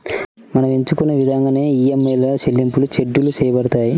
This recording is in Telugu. మనం ఎంచుకున్న ఇదంగానే ఈఎంఐల చెల్లింపులు షెడ్యూల్ చేయబడతాయి